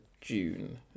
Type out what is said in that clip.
june